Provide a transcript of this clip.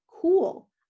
cool